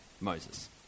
Moses